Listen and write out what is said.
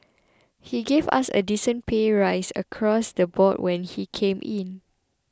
he gave us a decent pay rise across the board when he came in